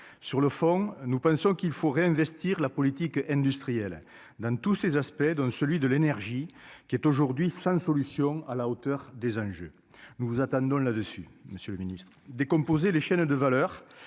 sur le fond, nous pensons qu'il faut réinvestir la politique industrielle dans tous ses aspects, dont celui de l'énergie qui est aujourd'hui sans solution à la hauteur des enjeux, nous vous attendons là-dessus monsieur le Ministre des composés, les chaînes de valeur